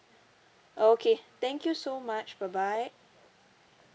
okay thank you so much bye bye